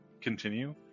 continue